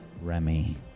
Remy